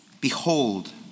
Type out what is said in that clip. Behold